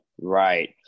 Right